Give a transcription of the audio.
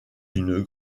d’une